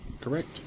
Correct